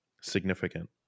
significant